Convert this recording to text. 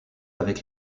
avec